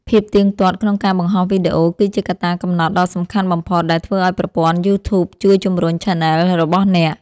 ភាពទៀងទាត់ ក្នុងការបង្ហោះវីដេអូ គឺជាកត្តាកំណត់ដ៏សំខាន់បំផុតដែលធ្វើឱ្យប្រព័ន្ធ យូធូប ជួយជម្រុញឆានែលរបស់អ្នក។